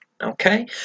Okay